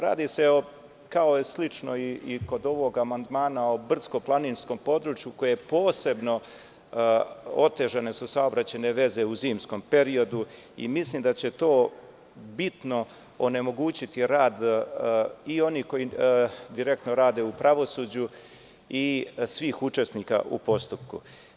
Radi se o brdsko-planinskom području koje ima posebno otežane saobraćajne veze u zimskom periodu i mislim da će to bitno onemogućiti rad i onih koji direktno rade u pravosuđu i svih učesnika u postupku.